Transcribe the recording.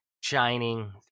shining